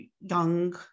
young